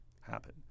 happen